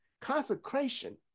Consecration